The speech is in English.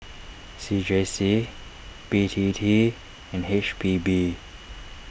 C J C B T T and H P B